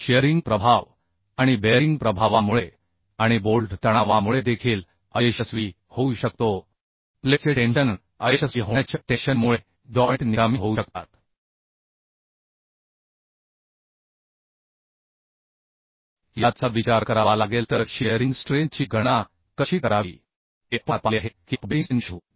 shearing प्रभाव आणि bearing प्रभावामुळे आणि बोल्ट तणावामुळे देखील अयशस्वी होऊ शकतो प्लेटचे टेन्शन अयशस्वी होण्याच्या टेन्शनमुळे जॉइंट निकामी होऊ शकतात याचा विचार करावा लागेल तर शियरिंग स्ट्रेंथची गणना कशी करावी हे आपण आता पाहिले आहे की आपण बेअरिंग स्ट्रेंथ शोधू